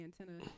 antenna